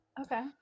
okay